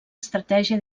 estratègia